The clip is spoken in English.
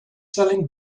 selling